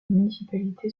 municipalité